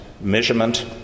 Measurement